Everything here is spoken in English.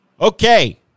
Okay